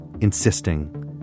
insisting